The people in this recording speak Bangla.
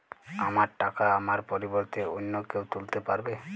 আমার টাকা আমার পরিবর্তে অন্য কেউ তুলতে পারবে?